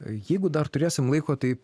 jeigu dar turėsime laiko taip